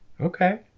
okay